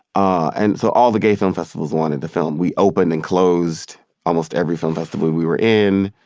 ah and so all the gay film festivals wanted the film. we opened and closed almost every film festival we were in.